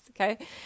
okay